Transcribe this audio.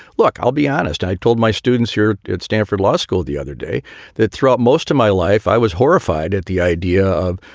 look, i'll be honest. i told my students here at stanford law school the other day that throughout most of my life, i was horrified horrified at the idea of,